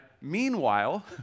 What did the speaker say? Meanwhile